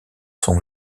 son